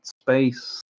space